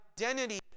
identity